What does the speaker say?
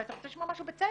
ואתה רוצה לשמוע משהו בצדק.